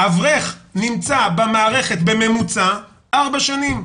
אברך נמצא במערכת בממוצע ארבע שנים.